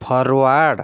forward